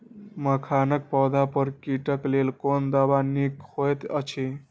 मखानक पौधा पर कीटक लेल कोन दवा निक होयत अछि?